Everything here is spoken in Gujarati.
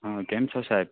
હમ કેમ છો સાહેબ